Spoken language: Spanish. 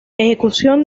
ejecución